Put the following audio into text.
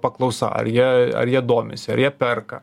paklausa ar jie ar jie domisi ar perka